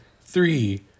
three